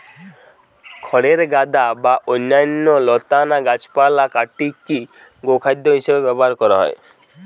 খড়ের গাদা বা অন্যান্য লতানা গাছপালা কাটিকি গোখাদ্য হিসেবে ব্যবহার করা হয়